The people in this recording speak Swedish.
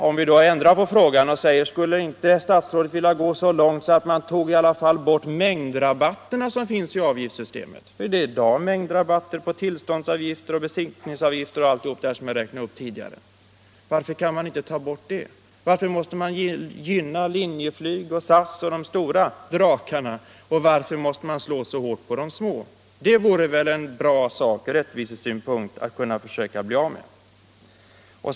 Om vi då ändrar på frågan och säger: Skulle inte statsrådet vilja gå så långt att man i alla fall tog bort mängdrabatterna som finns i avgiftssystemet? Det förekommer i dag mängdrabatter på tillståndsavgifter, besiktningsavgifter och allt detta som jag räknade upp tidigare. Varför kan man inte ta bort det? Varför måste man gynna Linjeflyg och SAS och de stora drakarna, och varför måste man slå så hårt på de små? Det vore väl bra från rättvisesynpunkt att försöka bli av med detta.